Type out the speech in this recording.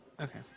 Okay